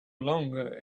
longer